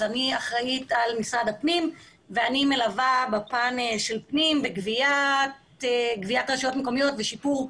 לא מסכימה עם מה שרשות התחרות אמרה.